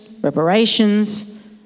reparations